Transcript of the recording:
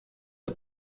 der